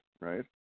right